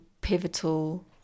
pivotal